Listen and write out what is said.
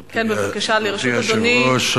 בבקשה, לרשות אדוני שלוש דקות.